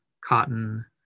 cotton